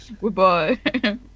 goodbye